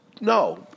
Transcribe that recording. No